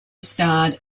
starred